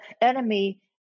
enemy